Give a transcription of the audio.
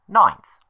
ninth